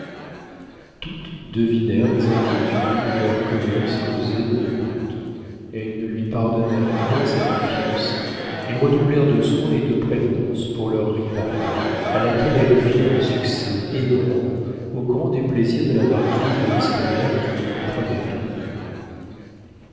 toutes devinèrent les inquiétudes que leur commerce causait au comte elles ne lui pardonnèrent point sa défiance et redoublèrent de soins et de prévenances pour leur rivale à laquelle elles firent un succès énorme au grand déplaisir de la marquise de listomère qui n'y comprenait rien